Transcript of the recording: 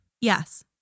Yes